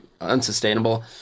unsustainable